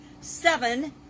seven